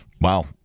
Wow